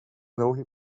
know